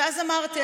ואז אמרתי,